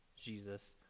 Jesus